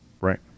Right